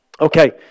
Okay